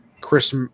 Chris